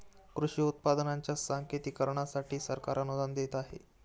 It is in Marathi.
कृषी उत्पादनांच्या सांकेतिकीकरणासाठी सरकार अनुदान देत आहे